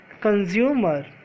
consumer